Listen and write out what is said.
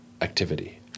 activity